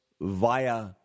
via